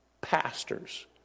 pastors